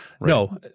no